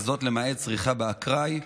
וזאת למעט צריכה באקראי,